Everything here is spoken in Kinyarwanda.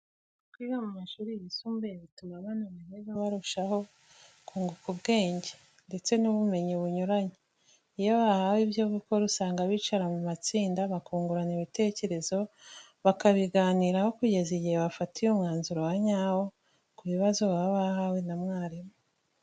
Kwiga mu mashuri yisumbuye bituma abana bahiga barushaho kunguka ubwenge, ndetse n'ubumenyi bunyuranye. Iyo bahawe ibyo gukora usanga bicara mu matsinda, bakungurana bitekerezo, bakabiganiraho kugera igihe bafatiye umwanzuro wa nyawo ku bibazo baba bahawe na mwarimu.